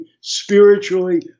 spiritually